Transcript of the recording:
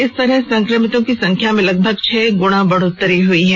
इस तरह संक्रमितों की संख्या में लगभग छह गुना बढ़ोत्तरी हुई है